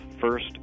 first